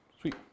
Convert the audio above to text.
Sweet